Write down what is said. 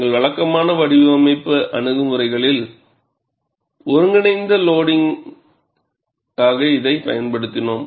எங்கள் வழக்கமான வடிவமைப்பு அணுகுமுறைகளில் ஒருங்கிணைந்த லோடிங்காக இதைப் பயன்படுத்தினோம்